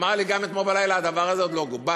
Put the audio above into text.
אמר לי גם אתמול בלילה: הדבר הזה עוד לא גובש,